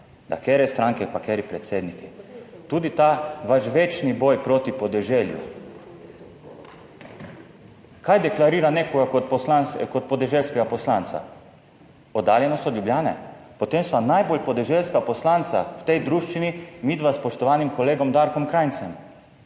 da katere stranke pa kateri predsedniki. Tudi ta vaš večni boj proti podeželju. Kaj deklarira nekoga kot podeželskega poslanca? Oddaljenost od Ljubljane? Potem sva najbolj podeželska poslanca v tej druščini midva s spoštovanim kolegom Darkom Krajncem,